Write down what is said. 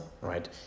right